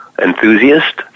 enthusiast